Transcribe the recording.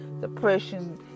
depression